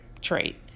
trait